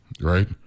right